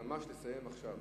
אז ממש לסיים עכשיו.